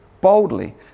boldly